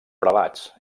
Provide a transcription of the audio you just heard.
prelats